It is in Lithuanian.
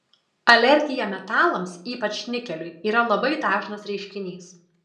alergija metalams ypač nikeliui yra labai dažnas reiškinys